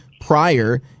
prior